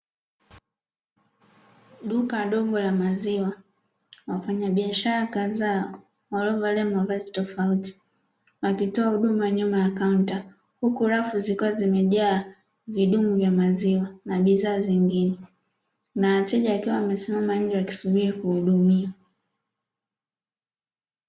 Duka dogo la maziwa, wafanyabiashara kadhaa waliovalia mavazi tofauti wakitoa huduma nyuma ya kaunta, huku rafu zikiwa zimejaa vidumu vya maziwa na bidhaa zingine; na wateja wakiwa wamesimama nje wakisubiri kuhudumiwa.